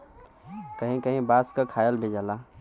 कहीं कहीं बांस क खायल भी जाला